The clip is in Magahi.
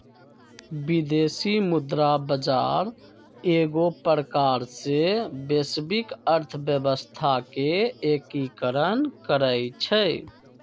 विदेशी मुद्रा बजार एगो प्रकार से वैश्विक अर्थव्यवस्था के एकीकरण करइ छै